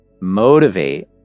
motivate